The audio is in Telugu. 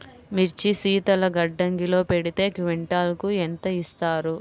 మిర్చి శీతల గిడ్డంగిలో పెడితే క్వింటాలుకు ఎంత ఇస్తారు?